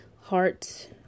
heart